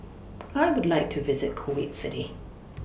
I Would like to visit Kuwait City